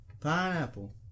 Pineapple